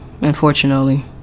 unfortunately